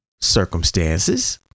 circumstances